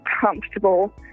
comfortable